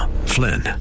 Flynn